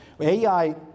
AI